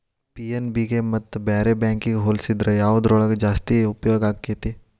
PNB ಗೆ ಮತ್ತ ಬ್ಯಾರೆ ಬ್ಯಾಂಕಿಗ್ ಹೊಲ್ಸಿದ್ರ ಯವ್ದ್ರೊಳಗ್ ಜಾಸ್ತಿ ಉಪ್ಯೊಗಾಕ್ಕೇತಿ?